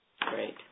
Great